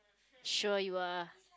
sure you are